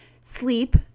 sleep